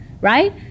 right